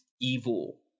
evil